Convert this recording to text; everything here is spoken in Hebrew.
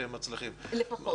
לפחות, כן.